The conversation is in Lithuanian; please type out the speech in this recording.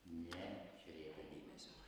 nekreipė dėmesio